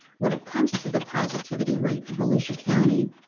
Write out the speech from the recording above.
when it comes to the positivity rate for volusia county,